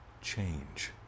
change